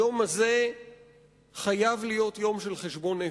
היום הזה חייב להיות יום של חשבון נפש,